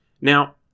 Now